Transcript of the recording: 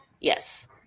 Yes